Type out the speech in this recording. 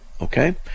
Okay